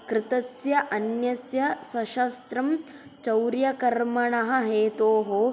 कृतस्य अन्यस्य श्वशस्त्रं चौर्यकर्मणः हेतोः